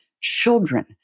Children